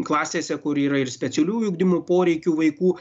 klasėse kur yra ir specialiųjų ugdymo poreikių vaikų